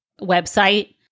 website